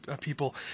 people